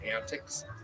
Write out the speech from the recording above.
antics